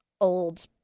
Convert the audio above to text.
old